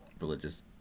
religious